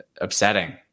upsetting